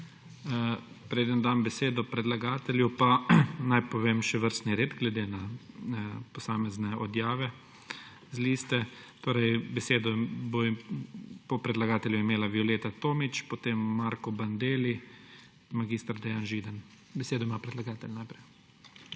Preden dam besedo predlagatelju, pa naj povem še vrstni red, glede na posamezne odjave z liste. Torej, besedo bo po predlagatelju imela Violeta Tomić, potem Marko Bandelli, mag. Dejan Židan. Besedo ima predlagatelj.